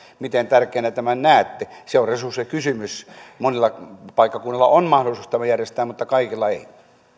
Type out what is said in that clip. miten tärkeänä tämän näette se on resurssikysymys monilla paikkakunnilla on mahdollisuus tämä järjestää mutta kaikilla ei